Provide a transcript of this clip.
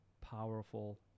powerful